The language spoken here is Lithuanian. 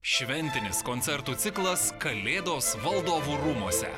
šventinis koncertų ciklas kalėdos valdovų rūmuose